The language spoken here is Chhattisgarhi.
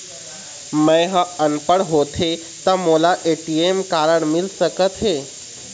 मैं ह अनपढ़ होथे ता मोला ए.टी.एम कारड मिल सका थे?